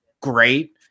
great